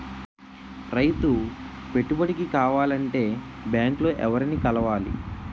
రైతు పెట్టుబడికి కావాలంటే బ్యాంక్ లో ఎవరిని కలవాలి?